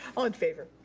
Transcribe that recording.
all in favor.